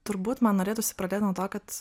turbūt man norėtųsi pradėt nuo to kad